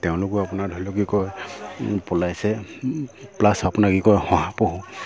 তেওঁলোকেও আপোনাৰ ধৰি লওক কি কয় পলাইছে প্লাছ আপোনাৰ কি কয় শহা পহু